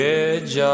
edge